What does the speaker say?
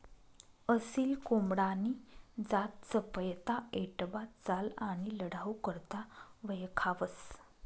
असील कोंबडानी जात चपयता, ऐटबाज चाल आणि लढाऊ करता वयखावंस